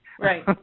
Right